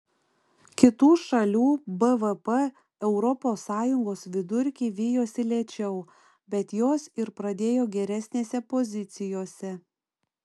kitų šalių bvp europos sąjungos vidurkį vijosi lėčiau bet jos ir pradėjo geresnėse pozicijose